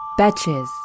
Betches